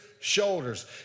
Shoulders